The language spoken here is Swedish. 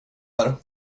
här